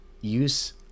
use